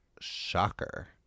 shocker